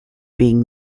being